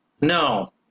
no